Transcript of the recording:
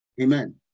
Amen